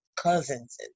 cousins